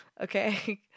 Okay